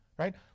Right